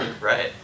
right